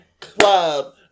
Club